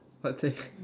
what thing